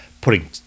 putting